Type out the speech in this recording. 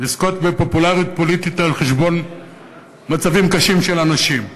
לזכות בפופולריות פוליטית על חשבון מצבים קשים של אנשים.